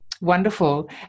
Wonderful